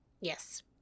Yes